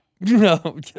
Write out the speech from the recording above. No